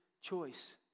choice